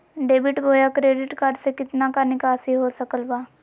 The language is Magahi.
डेबिट बोया क्रेडिट कार्ड से कितना का निकासी हो सकल बा?